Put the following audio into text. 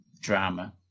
drama